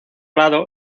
lado